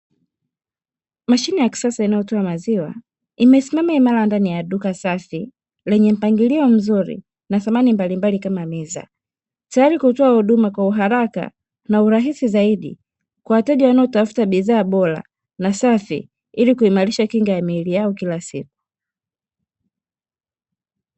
Mashine ya kisasa inayotoa maziwa imesimama imara ndani ya duka safi lenye mpangilio mzuri na samani mbalimbali kama meza, tayari kutoa huduma kwa uharaka na kwa hurahisi zaidi kwa wateja wanaotafuta bidhaa bora na safi ili kuimarisha kinga ya miili yao kila siku.